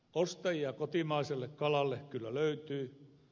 ostajia kotimaiselle kalalle kyllä löytyy